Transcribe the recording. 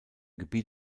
gebiet